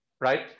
right